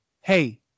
hey